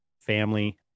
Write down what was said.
family